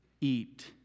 eat